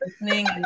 listening